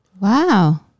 wow